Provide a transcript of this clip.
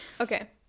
Okay